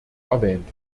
erwähnt